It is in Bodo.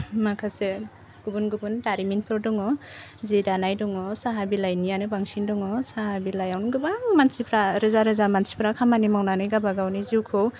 माखासे गुबुन गुबुन दारिमिनफोर दङ जि दानाय दङ साहा बिलाइनिआनो बांसिन दङ साहा बिलाइयावनो गोबां मानसिफ्रा रोजा रोजा मानसिफ्रा खामानि मावनानै गाबा गावनि जिउखौ